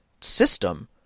system